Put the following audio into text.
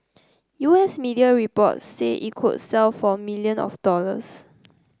U S media reports say it could sell for million of dollars